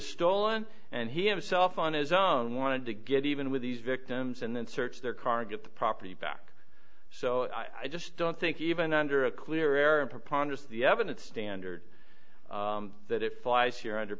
stolen and he himself on his own wanted to get even with these victims and then search their car and get the property back so i just don't think even under a clearer preponderance of the evidence standard that it flies here under